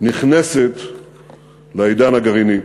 נכנסת לעידן הגרעיני.